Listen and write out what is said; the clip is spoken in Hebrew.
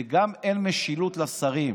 וגם אין משילות לשרים.